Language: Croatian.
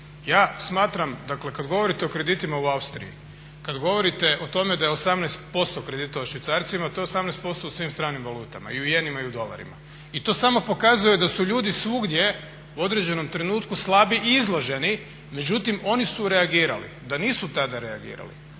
Ja smatram, dakle kada govorite o kreditima u Austriji, kada govorite o tome da je 18% kredita u švicarcima, to je 18% u svim stranim valutama i u jenima i u dolarima. I to samo pokazuje da su ljudi svugdje u određenom trenutku slabi i izloženi. Međutim, oni su reagirali. Da nisu tada reagirali,